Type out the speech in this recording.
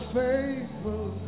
faithful